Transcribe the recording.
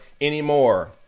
anymore